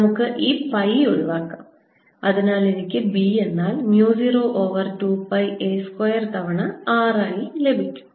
നമുക്ക് ഈ പൈ ഒഴിവാക്കാം അതിനാൽ എനിക്ക് B എന്നാൽ mu 0 over 2 pi a square തവണ r ആയി ലഭിക്കും